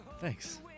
Thanks